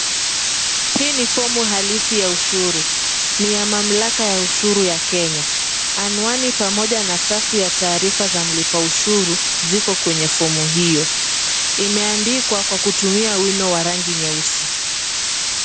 Hii ni fomu halisi ya ushuru. Ni ya mamlaka ya ushuru ya Kenya. Anwani pamoja na safu ya taarifa za mlipa ushuru ziko kwenye fomu hiyo. Imeandikwa kwa kutumia wino wa rangi nyeusi.